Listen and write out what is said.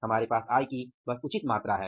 हमारे पास आय की उचित मात्रा है